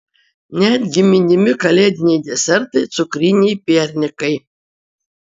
netgi minimi kalėdiniai desertai cukriniai piernikai